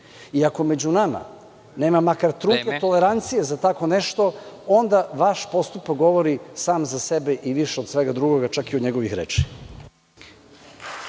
i ako među nama nema makar trunke tolerancije za tako nešto onda vaš postupak govori sam za sebe i više od svega drugoga, čak i od njegovih reči.